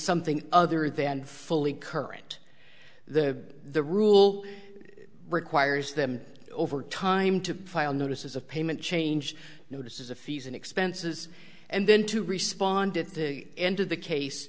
something other than fully current the the rule requires them over time to file notices of payment change notices of fees and expenses and then to respond at the end of the case